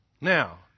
Now